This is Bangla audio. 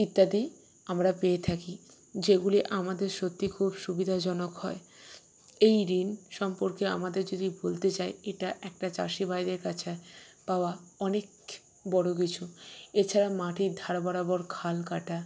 ইত্যাদি আমরা পেয়ে থাকি যেগুলি আমাদের সত্যিই খুব সুবিধাজনক হয় এই ঋণ সম্পর্কে আমাদের যদি বলতে চাই এটা একটা চাষি ভাইদের কাছে পাওয়া অনেক বড়ো কিছু এছাড়া মাটির ধার বরাবর খাল কাটা